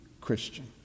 Christian